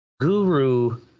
guru